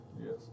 Yes